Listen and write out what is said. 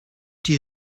die